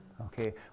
Okay